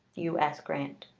u s. grant.